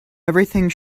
everything